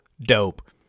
dope